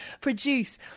produce